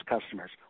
customers